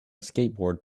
skateboard